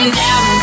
down